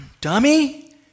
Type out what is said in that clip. dummy